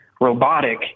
robotic